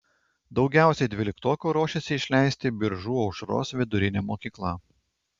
daugiausiai dvyliktokų ruošiasi išleisti biržų aušros vidurinė mokykla